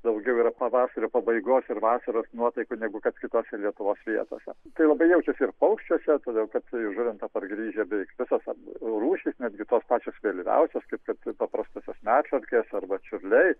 daugiau yra pavasario pabaigos ir vasaros nuotaikų negu kad kitose lietuvos vietose tai labai jaučiasi ir paukščiuose todėl kad į žuvintą pargrįžę beveik visos rūšys netgi tos pačios vėlyviausios kaip kad paprastosios medšarkės arba čiurliai